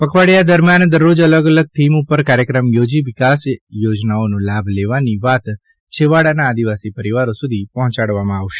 પખવાડિયા દરમ્યાન દરરોજ અલગ અલગ થીમ ઉપર કાર્યક્રમ યોજી વિકાસ યોનજાઓનો લાભ લેવાની વાત છેવાડાના આદિવાસી પરિવારો સુધી પહોંચાડાશે